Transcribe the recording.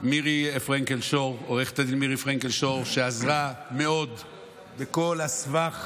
עו"ד מירי פרנקל שור, שעזרה מאוד בכל הסבך